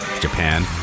Japan